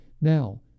Now